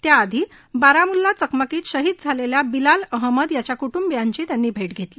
त्याआधी बारामुल्ला चकमकीत शहिद झालेल्या बिलाल अहमद मागरे याच्या कुटुंबियांची भेट घेतली